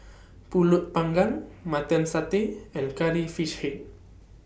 Pulut Panggang Mutton Satay and Curry Fish Head